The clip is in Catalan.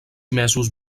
mesos